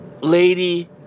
Lady